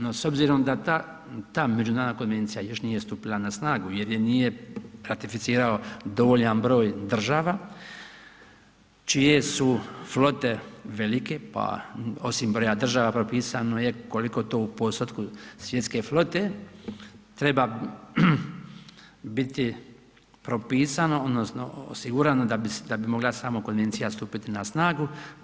No s obzirom da ta međunarodna konvencija još nije stupila na snagu jer je nije ratificirao dovoljan broj država čije su flote velike pa osim broja država propisano je koliko to u postotku svjetske flote treba biti propisano, odnosno osigurano da bi mogla samo konvencija stupiti na snagu.